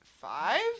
five